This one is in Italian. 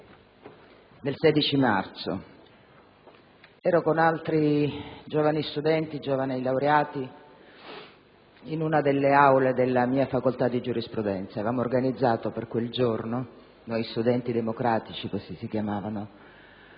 del 16 marzo ero, con altri giovani studenti e laureati, in una delle aule della mia facoltà di giurisprudenza. Avevamo organizzato per quel giorno, noi studenti democratici (così si chiamavano